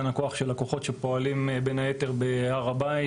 הכוח של הכוחות שפועלים בין היתר בהר הבית.